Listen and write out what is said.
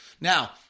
Now